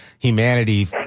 Humanity